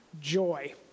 joy